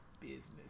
business